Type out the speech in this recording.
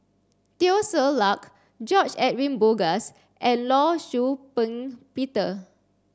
Teo Ser Luck George Edwin Bogaars and Law Shau Ping Peter